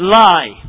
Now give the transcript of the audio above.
lie